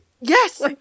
Yes